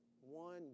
one